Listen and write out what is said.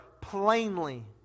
plainly